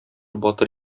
батыр